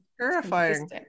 terrifying